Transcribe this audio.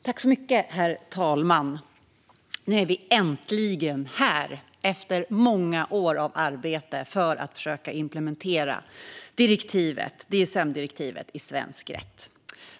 Herr talman! Nu är vi äntligen här efter många år av arbete för att försöka implementera DSM-direktivet i svensk rätt.